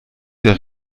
der